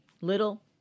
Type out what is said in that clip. little